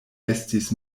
estis